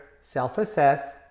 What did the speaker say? self-assess